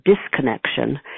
disconnection